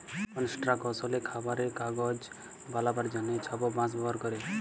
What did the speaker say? কলস্ট্রাকশলে, খাবারে, কাগজ বালাবার জ্যনহে ছব বাঁশ ব্যাভার ক্যরে